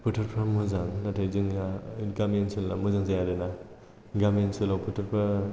फोथारफोरा मोजां नाथाय जोंनिया गामि ओनसोलनिया मोजां जाया आरोना गामि ओनसोलाव फोथारफोरा